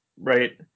right